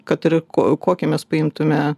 kad ir ko kokį mes paimtume